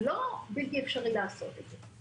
זה לא בלתי אפשרי ל עשות את זה,